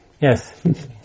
Yes